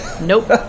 nope